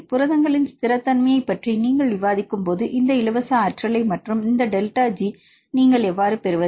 புரதங்களின் ஸ்திரத்தன்மையைப் பற்றி நீங்கள் விவாதிக்கும்போது இந்த இலவச ஆற்றலை மற்றும் இந்த டெல்டா G நீங்கள் எவ்வாறு பெறுவது